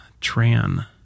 TRAN